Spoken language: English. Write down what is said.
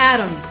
Adam